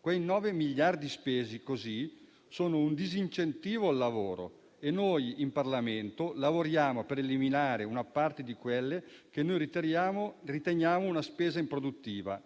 Quei 9 miliardi spesi così sono un disincentivo al lavoro e noi in Parlamento lavoriamo per eliminare una parte di quella che noi riteniamo una spesa improduttiva